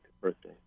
birthday